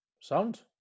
Sound